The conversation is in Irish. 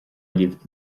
libh